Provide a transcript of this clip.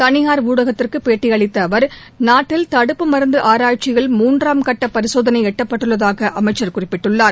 தளியார் ஊடகத்திற்கு பேட்டியளித்த அவர் நாட்டில் தடுப்பு மருந்து ஆராய்ச்சியில் மூன்றாம் கட்ட பரிசோதனை எட்டப்பட்டுள்ளதாக அமைச்சர் குறிப்பிட்டுள்ளார்